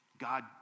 God